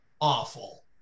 Awful